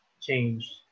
changed